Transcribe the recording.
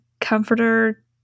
comforter